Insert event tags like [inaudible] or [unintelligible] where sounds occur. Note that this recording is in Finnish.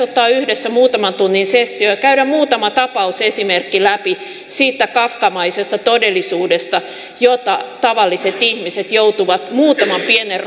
[unintelligible] ottaa yhdessä muutaman tunnin session ja käydä muutaman tapausesimerkin läpi siitä kafkamaisesta todellisuudesta jota tavalliset ihmiset joutuvat muutaman pienen [unintelligible]